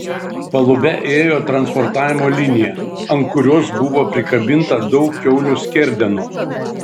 palube ėjo transportavimo linija ant kurios buvo prikabinta daug kiaulių skerdenų